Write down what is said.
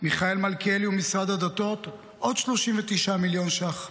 מיכאל מלכיאלי ומשרד הדתות עוד 39 מיליון ש"ח.